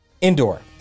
indoor